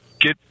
get